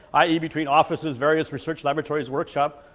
ah ie between offices, various research laboratories, workshop,